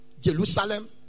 Jerusalem